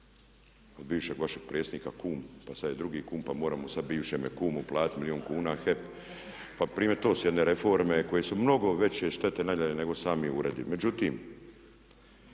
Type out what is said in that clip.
od bivšeg vašeg predsjednika kum, a sad je drugi kum pa moramo sad bivšemu kumu platiti milijun kuna, HEP, pa primjer to su one reforme koje su mnogo veće štete nanijele nego sami uredi.